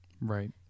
Right